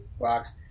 box